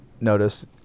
notice